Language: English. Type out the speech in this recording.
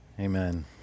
Amen